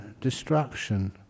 destruction